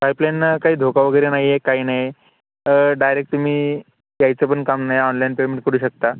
pipeline काही धोका वगैरे नाही आहे काही नाही आहे डायरेक्ट तुम्ही यायचं पण काम नाही ऑनलाईन पेमेंट करू शकता